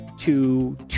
two